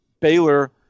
Baylor